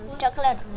chocolate